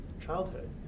childhood